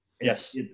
Yes